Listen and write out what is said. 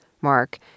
Mark